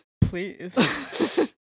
Please